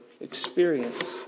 experience